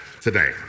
today